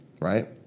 right